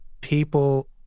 people